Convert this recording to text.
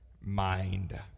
mind